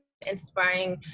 inspiring